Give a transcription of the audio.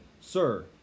Sir